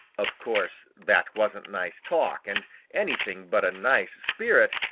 of course that wasn't nice talk and anything but a nice spirit,